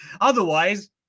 Otherwise